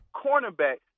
cornerback